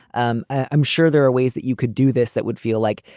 um i'm sure there are ways that you could do this that would feel like,